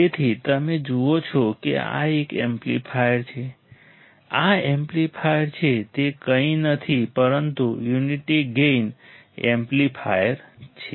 તેથી તમે જુઓ છો કે આ એક એમ્પ્લીફાયર છે આ એમ્પ્લીફાયર છે તે કંઈ નથી પરંતુ યુનિટી ગેઈન એમ્પ્લીફાયર છે